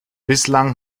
bislang